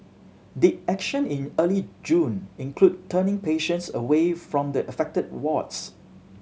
did action in early June include turning patients away from the affected wards